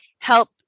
help